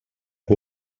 que